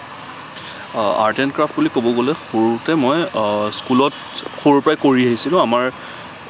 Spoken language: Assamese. আৰ্ট এণ্ড ক্ৰাফট্ বুলি ক'ব গ'লে সৰুতে মই স্কুলত সৰুৰ পৰাই কৰি আহিছিলো আমাৰ